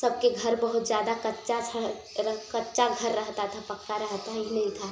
सब के घर बहुत ज़्यादा कच्चा कच्चा घर रहता था पक्का रहता ही नहीं था